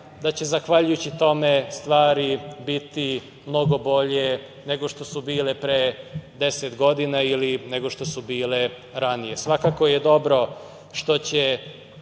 da će zahvaljujući tome stvari biti mnogo bolje nego što su bile pre 10 godina ili nego što su bile ranije. Svakako je dobro što će